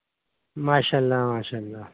ماشاء اللہ ماشاء اللہ